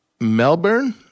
Melbourne